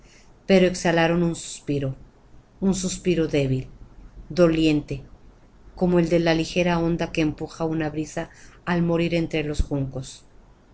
pero sólo exhalaron un suspiro un suspiro débil doliente como el de la ligera onda que empuja una brisa al morir entre los juncos